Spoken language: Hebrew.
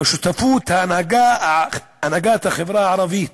בשותפות הנהגת החברה הערבית,